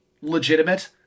legitimate